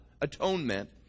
atonement